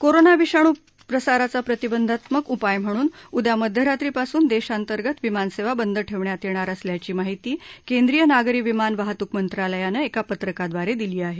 corona विषाणू प्रसाराचा प्रतिबंधात्मक उपाय म्हणून उद्या मध्यरात्री पासून देशांतर्गत विमानसेवा बंद ठेवण्यात येणार असल्याची माहिती केंद्रीय नागरी विमान वाहतूक मंत्रालयानं एका पत्रकाद्वारे दिली आहे